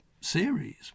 series